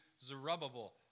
Zerubbabel